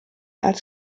als